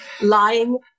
lying